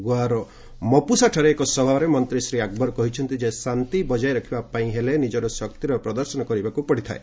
ଗୋଆର ମପୁସାଠାରେ ଏକ ସଭାରେ ମନ୍ତ୍ରୀ ଶ୍ରୀ ଆକବର କହିଛନ୍ତି ଯେ ଶାନ୍ତି ବଜାୟ ରଖିବା ପାଇଁ ହେଲେ ନିଜର ଶକ୍ତିର ପ୍ରଦର୍ଶନ କରିବାକୁ ପଡ଼ିଥାଏ